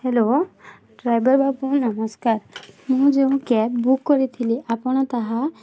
hello driver ବାବୁ ନମସ୍କାର ମୁଁ ଯେଉଁ କ୍ୟାବ୍ ବୁକ୍ କରିଥିଲି ଆପଣ ତାହା